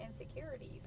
insecurities